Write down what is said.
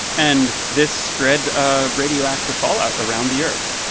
and this spread ah radioactive fallout around the earth.